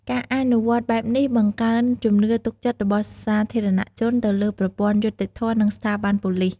ការអនុវត្តបែបនេះបង្កើនជំនឿទុកចិត្តរបស់សាធារណជនទៅលើប្រព័ន្ធយុត្តិធម៌ និងស្ថាប័នប៉ូលិស។